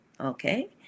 okay